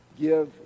give